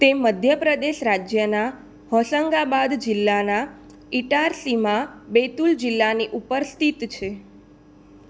તે મધ્ય પ્રદેશ રાજ્યના હોશંગાબાદ જિલ્લાનાં ઇટારસીમાં બેતુલ જિલ્લાની ઉપર સ્થિત છે